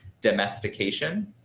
Domestication